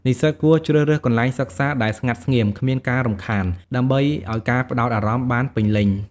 និស្សិតគួរជ្រើសរើសកន្លែងសិក្សាដែលស្ងាត់ស្ងៀម គ្មានការរំខាន ដើម្បីឲ្យការផ្ដោតអារម្មណ៍បានពេញលេញ។